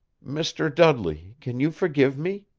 mr. dudley can you forgive me?